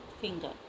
finger